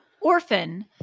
Orphan